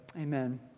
Amen